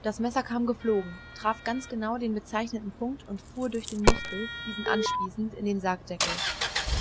das messer kam geflogen traf ganz genau den bezeichneten punkt und fuhr durch den muskel diesen anspießend in den sargdeckel